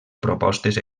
propostes